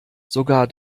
sogar